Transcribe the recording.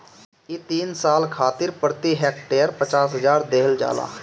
इ तीन साल खातिर प्रति हेक्टेयर पचास हजार देहल जाला